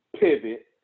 pivot